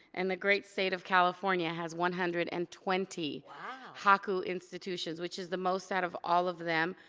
and the great state of california has one hundred and twenty wow! haku institutions. which is the most out of all of them.